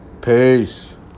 Peace